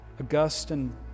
Augustine